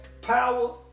Power